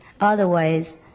Otherwise